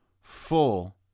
full